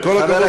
עם כל הכבוד.